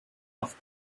off